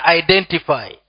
identify